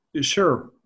Sure